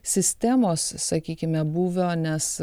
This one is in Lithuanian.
sistemos sakykime būvio nes